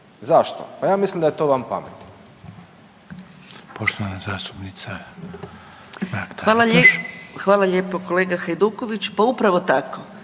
Zašto? Pa ja mislim da je to van pameti.